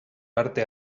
parte